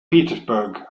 petersburg